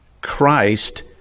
christ